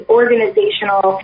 organizational